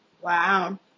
wow